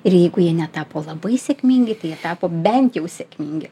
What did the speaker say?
ir jeigu jie netapo labai sėkmingi tai jie tapo bent jau sėkmingai